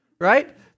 right